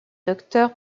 docteur